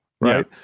Right